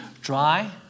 dry